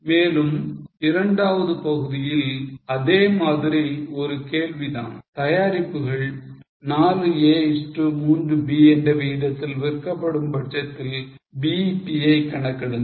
மேலும் இரண்டாவது பகுதியில் அதே மாதிரி ஒரு கேள்வி தான் தயாரிப்புகள் 4 A is to 3 B என்ற விகிதத்தில் விற்கப்படும் பட்சத்தில் BEP யை கணக்கிடுங்கள்